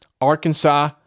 Arkansas